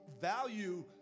value